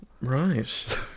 Right